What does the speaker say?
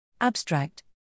Abstract